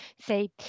say